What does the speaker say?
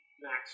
max